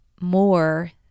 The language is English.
more